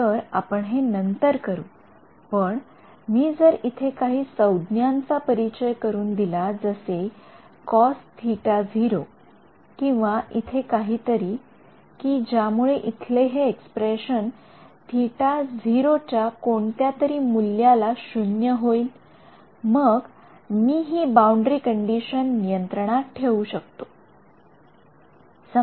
तर आपण हे नंतर करू पण मी जर इथे काही संज्ञांचा परिचय करून दिला तर जसे cosӨ० किंवा इथे काहीतरी कि ज्यामुळे इथले हे एक्स्प्रेशन Ө० च्या कोणत्यातरी मूल्याला शून्य होईल मग मी हि बाउंडरी कंडिशन नियंत्रणात ठेवू शकतो